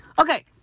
okay